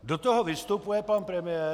Do toho vystupuje pan premiér.